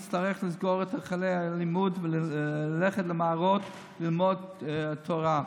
נצטרך לסגור את היכלי הלימוד וללכת למערות ללמוד תורה.